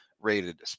rated